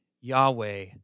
Yahweh